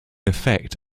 effect